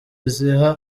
ziha